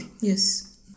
Yes